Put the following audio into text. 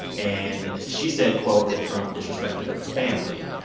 and she said, quote, that trump disrespected her family.